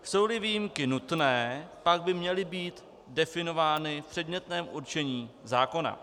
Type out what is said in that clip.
Jsouli výjimky nutné, pak by měly být definovány v předmětném určení zákona.